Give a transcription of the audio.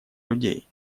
людей